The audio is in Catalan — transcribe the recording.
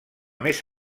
més